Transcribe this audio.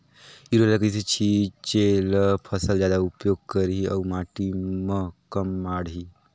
Urea ल कइसे छीचे ल फसल जादा उपयोग करही अउ माटी म कम माढ़ही?